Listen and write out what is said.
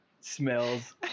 smells